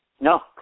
No